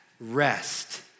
rest